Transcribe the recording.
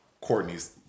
Courtney's